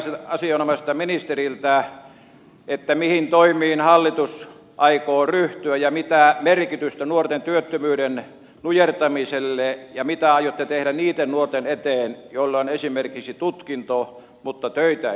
kysynkin asianomaiselta ministeriltä mihin toimiin hallitus aikoo ryhtyä ja mitä merkitystä nuorten työttömyyden nujertamiselle annetaan ja mitä aiotte tehdä niitten nuorten eteen joilla on esimerkiksi tutkinto mutta töitä ei ole löydetty